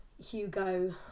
Hugo